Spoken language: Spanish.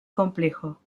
complejo